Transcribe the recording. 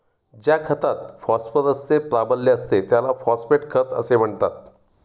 ज्या खतात फॉस्फरसचे प्राबल्य असते त्याला फॉस्फेट खत असे म्हणतात